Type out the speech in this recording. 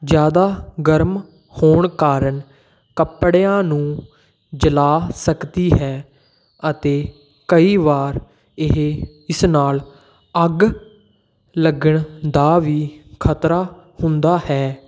ਜ਼ਿਆਦਾ ਗਰਮ ਹੋਣ ਕਾਰਨ ਕੱਪੜਿਆਂ ਨੂੰ ਜਲਾ ਸਕਦੀ ਹੈ ਅਤੇ ਕਈ ਵਾਰ ਇਹ ਇਸ ਨਾਲ ਅੱਗ ਲੱਗਣ ਦਾ ਵੀ ਖ਼ਤਰਾ ਹੁੰਦਾ ਹੈ